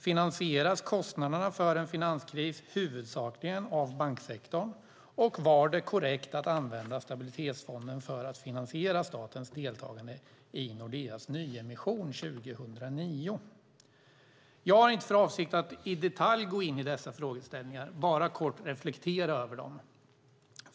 Finansieras kostnaderna för en finanskris huvudsakligen av banksektorn? Var det korrekt att använda Stabilitetsfonden för att finansiera statens deltagande i Nordeas nyemission 2009? Jag har inte för avsikt att i detalj gå in i dessa frågeställningar, bara att kort reflektera över dem.